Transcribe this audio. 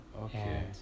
Okay